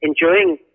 enjoying